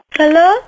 hello